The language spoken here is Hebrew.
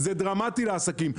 זה דרמטי לעסקים.